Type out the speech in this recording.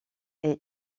est